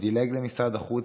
שדילג למשרד החוץ,